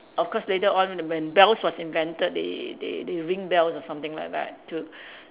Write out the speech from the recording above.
of course later on when bells was invented they they they ring bells or something like that to